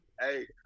Hey